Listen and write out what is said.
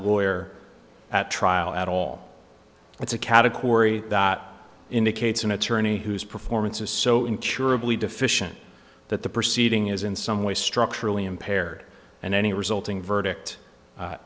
lawyer at trial at all it's a category that indicates an attorney whose performance is so incurably deficient that the proceeding is in some way structurally impaired and any resulting verdict